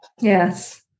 Yes